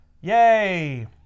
yay